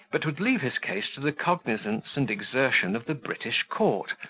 but would leave his case to the cognisance and exertion of the british court,